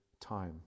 time